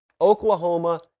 Oklahoma